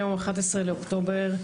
היום ה-11 באוקטובר,